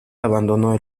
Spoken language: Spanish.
abandono